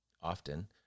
often